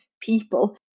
people